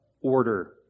order